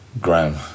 Graham